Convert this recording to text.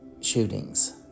shootings